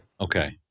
Okay